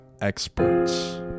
experts